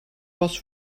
was